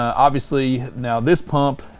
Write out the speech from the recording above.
obviously now this pump,